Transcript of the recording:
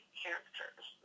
characters